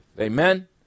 Amen